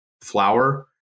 flour